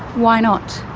why not?